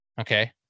Okay